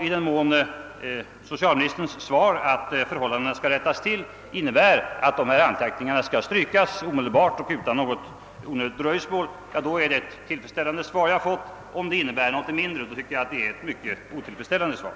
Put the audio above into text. I den mån socialministerns svar att förhållandena skall rättas till innebär att anteckningarna skall strykas omedelbart och utan onödigt dröjsmål, har jag fått ett tillfredsställande svar. Om det däremot innebär någonting annat har jag fått ett mycket otillfredsställande svar.